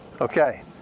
Okay